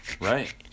Right